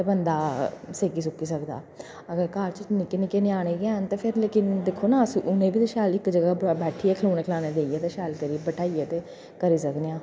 ते बंदा सेकी सूकी सकदा अगर घर च निक्के निक्के ञ्यानें गै न ते फिर निक्के दिक्खो ना अस ना शैल इक जगह् पर बेठियै खढौने खढाने देइयै ते शैल करियै बठाहियै ते करी सकने आं